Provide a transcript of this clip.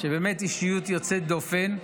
באמת אישיות יוצאת דופן.